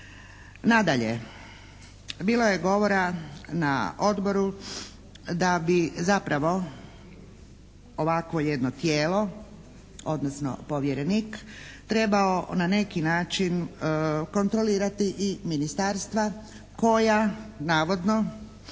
Nadalje, bilo je govora na Odboru da bi zapravo ovakvo jedno tijelo, odnosno povjerenik trebao na neki način kontrolirati i ministarstva koja navodno